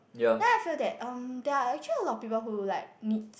then I feel that um there are actually a lot of people who like needs